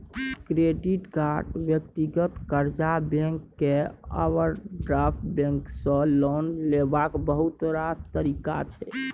credit card, व्यक्तिगत कर्जा, bank केर ओवरड्राफ्ट बैंक सँ लोन लेबाक बहुत रास तरीका छै